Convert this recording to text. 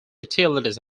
utilities